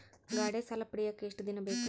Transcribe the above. ಗಾಡೇ ಸಾಲ ಪಡಿಯಾಕ ಎಷ್ಟು ದಿನ ಬೇಕು?